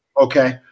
Okay